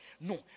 No